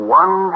one